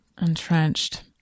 entrenched